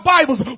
Bibles